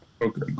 Okay